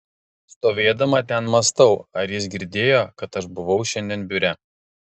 stovėdama ten mąstau ar jis girdėjo kad aš buvau šiandien biure